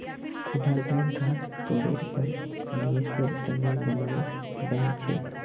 खुदरा बैंक ख़ास तौरेर पर निवेसेर तने बनाल बैंक छे